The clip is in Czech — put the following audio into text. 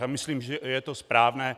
A myslím, že je to správné.